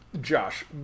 Josh